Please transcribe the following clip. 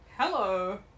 hello